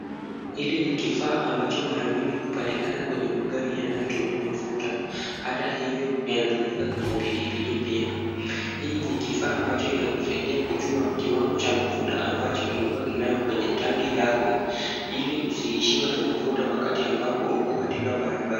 Hili ni kifaa ambacho mara mingi hupatikana kwenye magari yanayotumia mafuta. Ata hivyo yanatumika kwenye pikipiki pia. Hii ni kifaa ambacho inakusaidia kujua kiwango cha mafuta ambacho umebaki nayo kwenye tanki lako ili usiishiwe na mafuta wakati ambapo uko katika barabara.